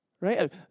right